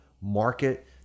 market